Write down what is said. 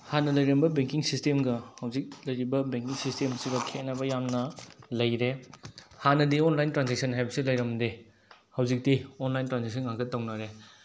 ꯍꯥꯟꯅ ꯂꯩꯔꯝꯕ ꯕꯦꯡꯀꯤꯡ ꯁꯤꯁꯇꯦꯝꯒ ꯍꯧꯖꯤꯛ ꯂꯩꯔꯤꯕ ꯕꯦꯡꯀꯤꯡ ꯁꯤꯁꯇꯦꯝꯁꯤꯒ ꯈꯦꯠꯅꯕ ꯌꯥꯝꯅ ꯂꯩꯔꯦ ꯍꯥꯟꯅꯗꯤ ꯑꯣꯟꯂꯥꯏꯟ ꯇ꯭ꯔꯥꯟꯖꯦꯛꯁꯟ ꯍꯥꯏꯕꯁꯤ ꯂꯩꯔꯝꯗꯦ ꯍꯧꯖꯤꯛꯇꯤ ꯑꯣꯟꯂꯥꯏꯟ ꯇ꯭ꯔꯥꯟꯖꯦꯛꯁꯟ ꯉꯥꯛꯇ ꯇꯧꯅꯔꯦ